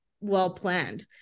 well-planned